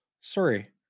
sorry